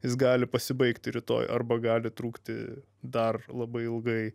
jis gali pasibaigti rytoj arba gali trukti dar labai ilgai